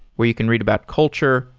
where you can read about culture,